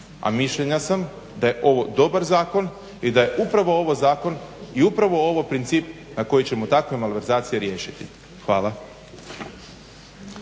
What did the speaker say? A mišljenja sam da je ovo dobar zakon i da je upravo ovo zakon i upravo ovo princip na koji ćemo takve malverzacije riješiti. Hvala.